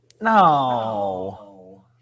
No